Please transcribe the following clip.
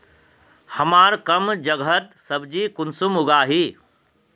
हमार कम जगहत सब्जी कुंसम उगाही?